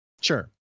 Sure